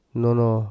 nono